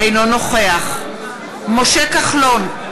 אינו נוכח משה כחלון,